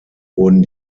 wurden